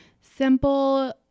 simple